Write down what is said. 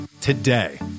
today